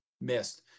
missed